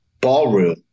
ballroom